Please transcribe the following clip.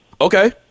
Okay